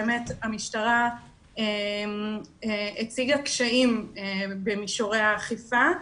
באמת המשטרה הציגה קשיים במישורי האכיפה.